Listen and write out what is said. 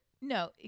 No